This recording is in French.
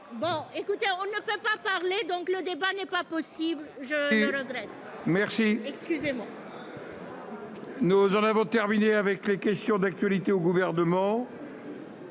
... Écoutez, on ne peut pas parler, le débat n'est pas possible. Je le regrette. Nous en avons terminé avec les questions d'actualité au Gouvernement.